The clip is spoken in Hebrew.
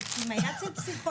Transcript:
בודקים אם הוא היה אצל פסיכולוג,